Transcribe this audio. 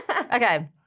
Okay